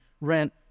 rent